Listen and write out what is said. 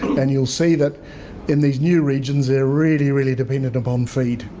and you'll see that in these new regions they're really really dependent upon feed,